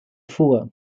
fuhr